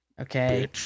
Okay